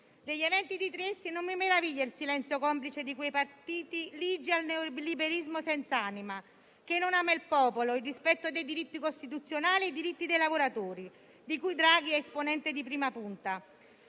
Degli eventi di Trieste non mi meraviglia il silenzio complice di quei partiti ligi al neoliberismo senz'anima, che non ama il popolo, il rispetto dei diritti costituzionali e dei lavoratori, di cui Draghi è esponente di prima punta.